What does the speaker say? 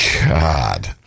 God